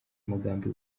magambo